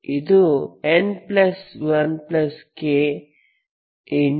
ಇದು n1k